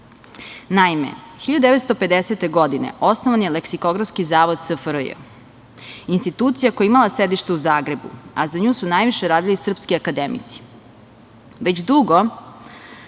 oluju. Naime, 1950. godine osnovan je Leksikografski zavod SFRJ, institucija koja je imala sedište u Zagrebu, a za nju su najviše radili srpski akademici.